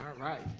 right,